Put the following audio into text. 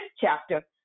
chapter